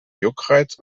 juckreiz